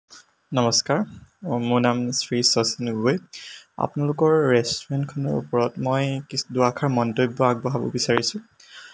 নমস্কাৰ মোৰ নাম শ্ৰী শচীন গগৈ আপোনালোকৰ ৰেষ্টোৰেণ্টখনৰ ওপৰত মই দুআষাৰ মন্তব্য আগবঢ়াব বিচাৰিছোঁ